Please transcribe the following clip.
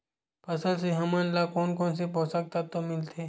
फसल से हमन ला कोन कोन से पोषक तत्व मिलथे?